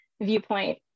viewpoint